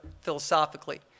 philosophically